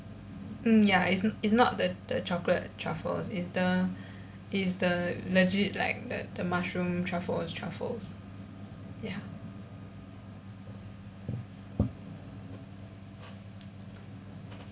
mm ya it's it's not the the chocolate truffles it's the it's the legit like the the mushroom truffles truffles ya